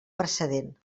precedent